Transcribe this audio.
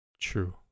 True